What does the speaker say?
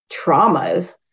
traumas